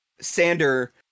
Sander